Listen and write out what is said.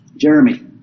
Jeremy